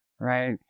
right